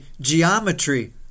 geometry